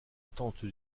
importante